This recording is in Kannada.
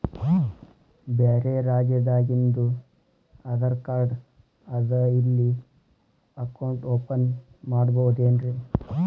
ಬ್ಯಾರೆ ರಾಜ್ಯಾದಾಗಿಂದು ಆಧಾರ್ ಕಾರ್ಡ್ ಅದಾ ಇಲ್ಲಿ ಅಕೌಂಟ್ ಓಪನ್ ಮಾಡಬೋದೇನ್ರಿ?